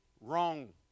wrong